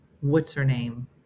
what's-her-name